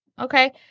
Okay